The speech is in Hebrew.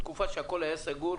כשהכול היה סגור,